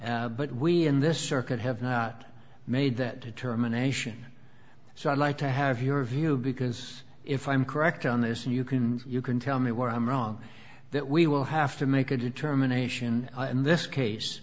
but we in this circuit have not made that determination so i'd like to have your view because if i'm correct on this and you can you can tell me where i'm wrong that we will have to make a determination in this case